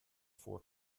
four